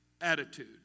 attitude